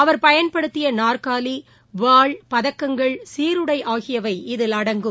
அவர் பயன்படுத்தியநாற்காலி வாள் பதக்கங்கள் சீருடைஆகியவை இதில் அடங்கும்